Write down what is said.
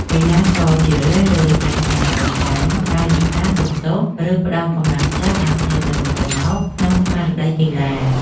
កីឡាករជារឿយៗតែងតែបង្ហាញកាយវិការសុំទោស ឬផ្ដល់កម្លាំងចិត្តឱ្យគ្នាទៅវិញទៅមកក្នុងស្មារតីកីឡា។